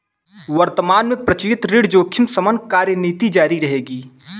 वर्तमान में प्रचलित ऋण जोखिम शमन कार्यनीति जारी रहेगी